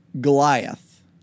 Goliath